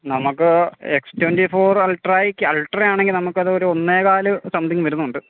നമുക്ക് S twenty four അൾട്രായ്ക്ക് അൾട്രയാണെങ്കിൽ നമുക്ക് അതൊരു ഒന്നേകാല് സംത്തിങ് വരുന്നുണ്ട്